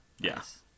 Yes